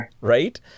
Right